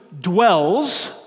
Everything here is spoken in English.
dwells